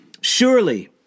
Surely